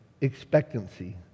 expectancy